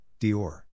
Dior